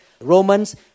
Romans